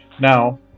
now